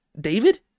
David